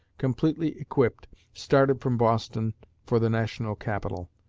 completely equipped, started from boston for the national capital.